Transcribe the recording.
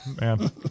Man